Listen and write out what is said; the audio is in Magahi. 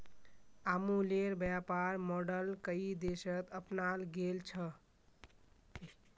अमूलेर व्यापर मॉडल कई देशत अपनाल गेल छ